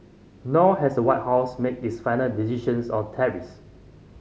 nor has the White House made its final decisions on tariffs